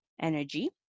energy